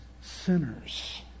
Sinners